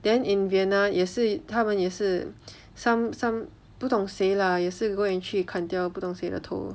then in vienna 也是他们也是 some some 不懂谁 lah 也 go and 去不懂砍掉谁的头